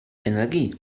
energie